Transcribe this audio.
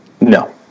No